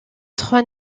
trois